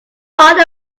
what